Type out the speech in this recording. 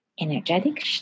Energetic